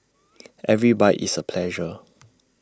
every bite is A pleasure